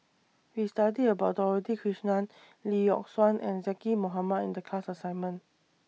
We studied about Dorothy Krishnan Lee Yock Suan and Zaqy Mohamad in The class assignment